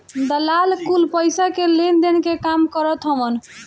दलाल कुल पईसा के लेनदेन के काम करत हवन